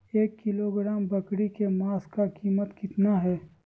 एक किलोग्राम बकरी के मांस का कीमत कितना है?